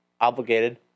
obligated